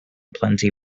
plenty